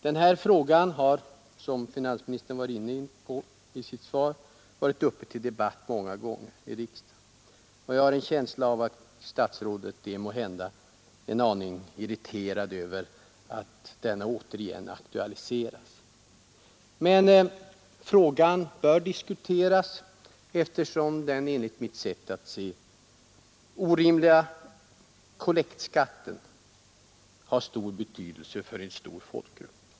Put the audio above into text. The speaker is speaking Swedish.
Den här frågan har, såsom finansministern var inne på i sitt svar, debatterats tidigare i riksdagen, och jag har en känsla av att statsrådet måhända är en aning irriterad över att den återigen aktualiserats. Men frågan bör diskuteras, eftersom den enligt mitt sätt att se orimliga kollektskatten har stor betydelse för en stor folkgrupp.